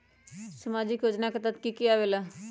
समाजिक योजना के तहद कि की आवे ला?